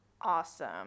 awesome